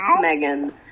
Megan